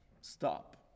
stop